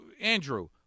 Andrew